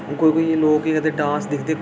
कोई कोई लोक जेह्ड़े ते डांस दिखदे